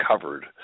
covered